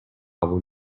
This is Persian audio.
قبول